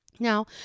Now